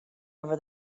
over